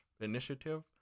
initiative